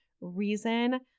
reason